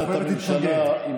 הממשלה מחויבת להתנגד.